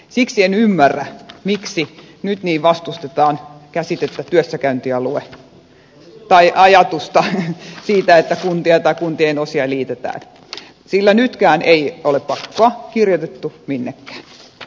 siksi en ymmärrä miksi nyt niin vastustetaan käsitettä työssäkäyntialue tai ajatusta siitä että kuntia tai kuntien osia liitetään sillä nytkään ei ole pakkoa kirjoitettu minnekään